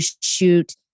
shoot